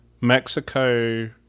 Mexico